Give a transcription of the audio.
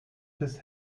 his